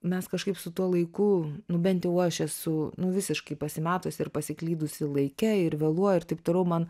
mes kažkaip su tuo laiku nu bent jau aš esu nu visiškai pasimetusi ir pasiklydusi laike ir vėluoju ir taip toliau man